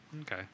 Okay